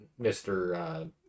Mr